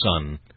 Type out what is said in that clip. Son